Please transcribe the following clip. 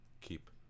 keep